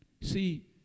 see